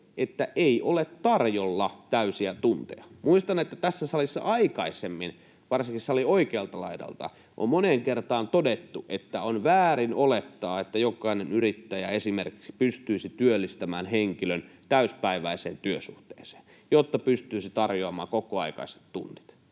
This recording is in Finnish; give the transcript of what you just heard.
että ei ole tarjolla täysiä tunteja. Muistan, että tässä salissa aikaisemmin, varsinkin salin oikealta laidalta, on moneen kertaan todettu, että on väärin olettaa, että jokainen yrittäjä esimerkiksi pystyisi työllistämään henkilön täysipäiväiseen työsuhteeseen, jotta pystyisi tarjoamaan kokoaikaiset tunnit.